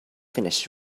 finished